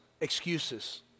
excuses